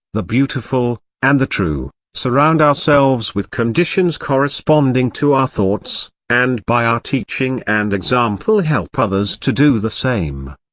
the beautiful, and the true, surround ourselves with conditions corresponding to our thoughts, and by our teaching and example help others to do the same.